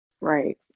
Right